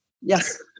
yes